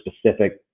specific